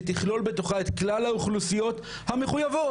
שתכלול בתוכה את כלל האוכלוסיות המחויבות.